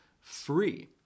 free